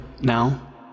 Now